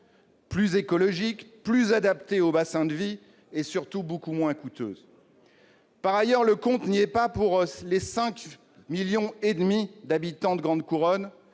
plus écologiques, plus adaptées aux bassins de vie et, surtout, beaucoup moins coûteuses. Par ailleurs, le compte n'y est pas pour les 5,5 millions d'habitants de la grande couronne